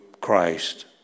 Christ